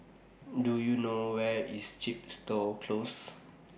Do YOU know Where IS Chepstow Close